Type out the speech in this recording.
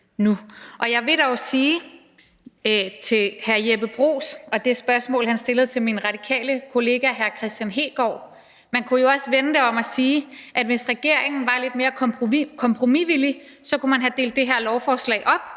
Jeg vil dog sige til hr. Jeppe Bruus i forhold til det spørgsmål, han stillede til min radikale kollega hr. Kristian Hegaard, at man jo også kunne vende det om og sige, at hvis regeringen var lidt mere kompromisvillig, kunne man have delt det her lovforslag op,